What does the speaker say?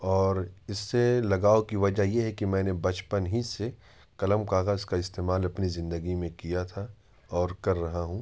اور اس سے لگاؤ کی وجہ یہ ہے کہ میں نے بچپن ہی سے قلم کاغذ کا استعمال اپنی زندگی میں کیا تھا اور کر رہا ہوں